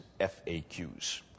FAQs